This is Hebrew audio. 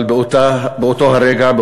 אבל באותו רגע,